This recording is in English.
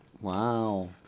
Wow